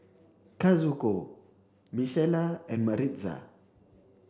Kazuko Michaela and Maritza